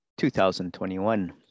2021